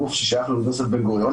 גוף ששייך לאוניברסיטת בן-גוריון,